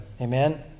Amen